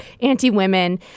anti-women